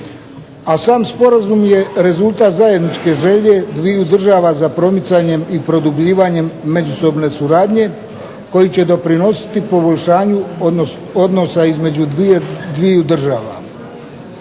a sam sporazum je rezultat zajedničke želje dviju država za promicanjem i produbljivanjem međusobne suradnje koji će doprinositi poboljšanju odnosa između dviju država.